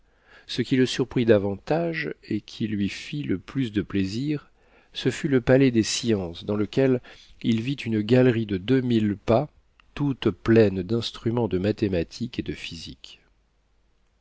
ce qui le surprit davantage et qui lui fit le plus de plaisir ce fut le palais des sciences dans lequel il vit une galerie de deux mille pas toute pleine d'instruments de mathématiques et de physique